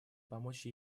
помочь